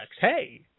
Hey